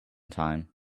time